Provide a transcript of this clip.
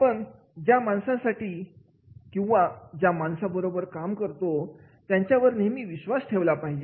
आपण ज्या माणसांसाठी किंवा ज्या माणसांबरोबर काम करतो त्यांच्यावर नेहमीच विश्वास ठेवला पाहिजे